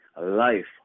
life